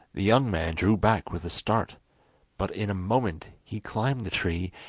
the young man drew back with a start but in a moment he climbed the tree,